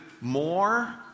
more